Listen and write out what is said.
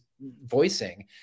voicing